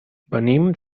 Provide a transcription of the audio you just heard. venim